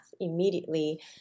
immediately